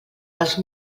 dels